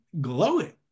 glowing